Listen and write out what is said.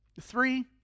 Three